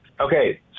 Okay